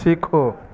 सीखो